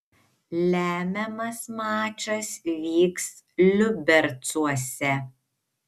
lemiamas mačas vyks liubercuose